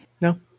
No